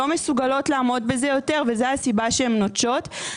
לא מסוגלות לעמוד בזה יותר וזה הסיבה שהן נוטשות.